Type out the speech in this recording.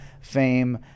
fame